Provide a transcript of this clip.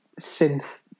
synth